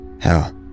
Hell